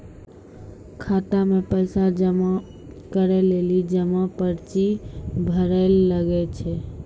खाता मे पैसा जमा करै लेली जमा पर्ची भरैल लागै छै